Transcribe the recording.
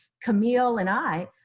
camille and i.